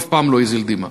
הוא אף פעם לא הזיל דמעה.